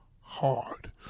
hard